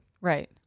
Right